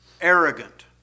arrogant